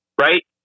right